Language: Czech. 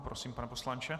Prosím, pane poslanče.